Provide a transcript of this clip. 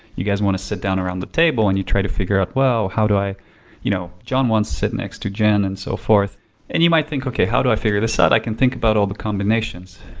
you guys want to sit down around the table and you try to figure out, well, how do i you know john wants to sit next to jen, and so forth and you might think, okay how do i figure this out? i can think about all the combinations.